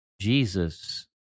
Jesus